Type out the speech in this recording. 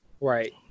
Right